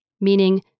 Meaning